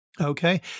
Okay